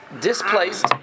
Displaced